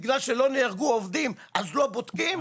בגלל שלא נהרגו עובדים אז לא בודקים?